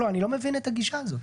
אני לא מבין את הגישה הזו.